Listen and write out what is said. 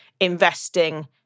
investing